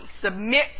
Submit